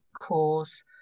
cause